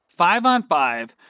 Five-on-five